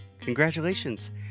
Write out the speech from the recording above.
congratulations